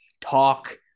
talk